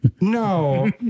No